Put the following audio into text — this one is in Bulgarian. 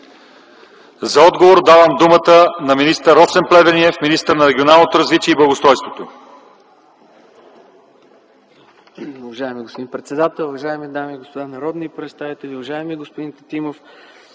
За отговор давам думата на Росен Плевнелиев, министър на регионалното развитие и благоустройството.